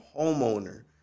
homeowner